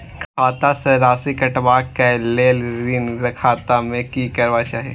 खाता स राशि कटवा कै लेल ऋण खाता में की करवा चाही?